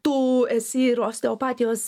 tu esi ir osteopatijos